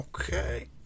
Okay